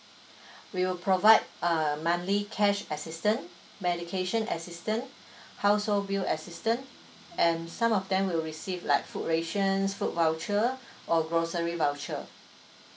we will provide uh monthly cash assistance medication assistance household bill assistance and some of them will receive like food rations food voucher or grocery voucher